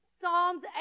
Psalms